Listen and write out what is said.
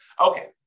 Okay